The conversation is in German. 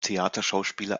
theaterschauspieler